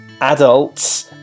adults